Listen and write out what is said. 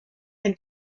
and